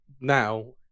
now